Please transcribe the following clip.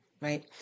right